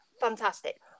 Fantastic